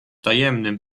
tajemnym